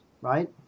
right